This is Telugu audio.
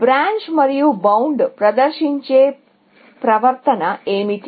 బ్రాంచ్ మరియు బౌండ్ ప్రదర్శించే ప్రవర్తన ఏమిటి